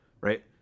right